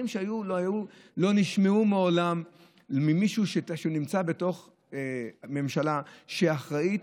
אלה דברים שלא נשמעו מעולם ממי שנמצא בתוך ממשלה שאחראית.